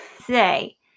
say